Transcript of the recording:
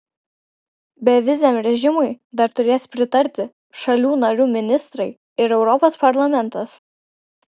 beviziam režimui dar turės pritarti šalių narių ministrai ir europos parlamentas